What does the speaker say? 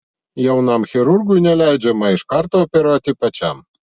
jaunam chirurgui neleidžiama iš karto operuoti pačiam